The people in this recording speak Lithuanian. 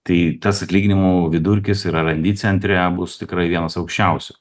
tai tas atlyginimų vidurkis ir arandy centre bus tikrai vienas aukščiausių